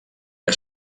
que